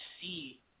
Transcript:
see